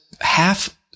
half